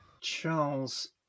Charles